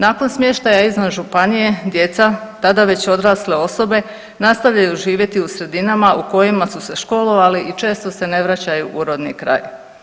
Nakon smještaja izvan županije djeca tada već odrasle osobe nastavljaju živjeti u sredinama u kojima su se školovali i često se ne vraćaju u rodni kraj.